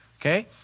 Okay